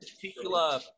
particular